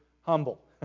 humble